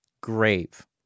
grave